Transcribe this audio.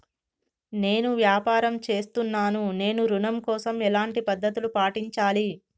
నేను వ్యాపారం చేస్తున్నాను నేను ఋణం కోసం ఎలాంటి పద్దతులు పాటించాలి?